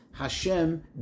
Hashem